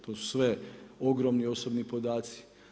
To su sve ogromni osobni podaci.